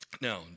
Now